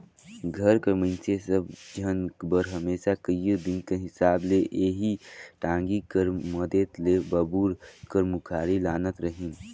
घर कर मइनसे सब झन बर हमेसा कइयो दिन कर हिसाब ले एही टागी कर मदेत ले बबूर कर मुखारी लानत रहिन